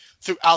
throughout